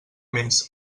més